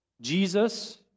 Jesus